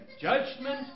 judgment